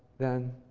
then